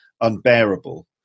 unbearable